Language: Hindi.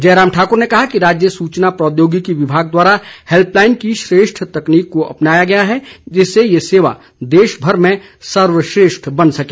जयराम ठाकुर ने कहा कि राज्य सूचना प्रौद्योगिकी विभाग द्वारा हैल्पलाईन की श्रेष्ठ तकनीक को अपनाया गया है जिससे ये सेवा देशभर में सर्वश्रेष्ठ बन सके